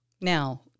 Now